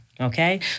Okay